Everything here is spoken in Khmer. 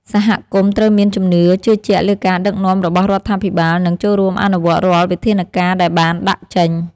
សហគមន៍ត្រូវមានជំនឿជឿជាក់លើការដឹកនាំរបស់រដ្ឋាភិបាល និងចូលរួមអនុវត្តរាល់វិធានការដែលបានដាក់ចេញ។